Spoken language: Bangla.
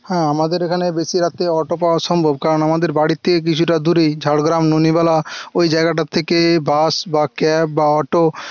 হ্যাঁ আমাদের এখানে বেশি রাতে অটো পাওয়া সম্ভব কারণ আমাদের বাড়ির থেকে কিছুটা দূরেই ঝাড়গ্রাম ননিবালা ওই জায়গাটার থেকে বাস বা ক্যাব বা অটো